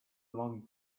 blowing